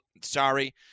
sorry